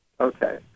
okay